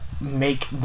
make